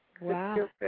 Wow